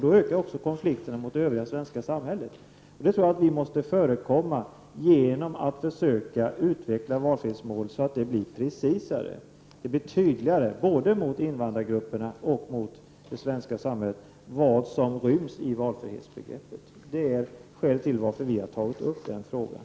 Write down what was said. Då ökar också konflikterna med det övriga svenska samhället. Här tror jag att vi måste förekomma genom att försöka utveckla valfrihetsmålet så att det blir precisare och tydligare, både mot invandrargrupperna och mot det svenska samhället. Det är skälet till att vi har tagit upp frågan.